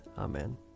Amen